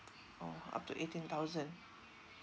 orh up to eighteen thousand